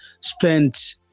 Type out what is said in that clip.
spent